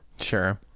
Sure